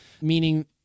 meaning